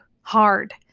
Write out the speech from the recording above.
hard